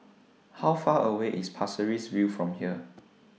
How Far away IS Pasir Ris View from here